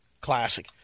classic